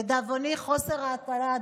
לדאבוני חוסר ההרתעה,